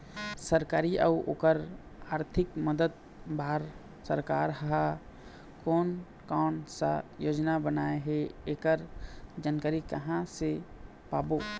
सरकारी अउ ओकर आरथिक मदद बार सरकार हा कोन कौन सा योजना बनाए हे ऐकर जानकारी कहां से पाबो?